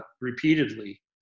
repeatedly